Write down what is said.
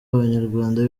abanyarwanda